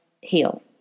heal